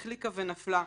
החליקה ונפלה,